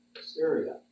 Syria